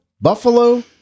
buffalo